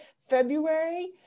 February